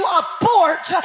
abort